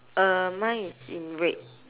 uh mine is in red